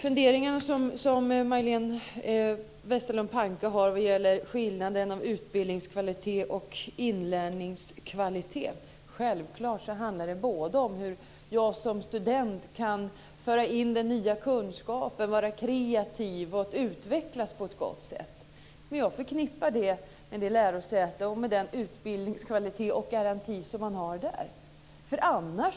Herr talman! Majléne Westerlund Panke har funderingar vad gäller skillnaden mellan utbildningskvalitet och inlärningskvalitet. Självklart handlar det både om hur jag som student kan föra in ny kunskap, vara kreativ och utvecklas på ett gott sätt. Men jag förknippar det med det lärosäte och med den utbildningskvalitet och utbildningsgaranti man har där.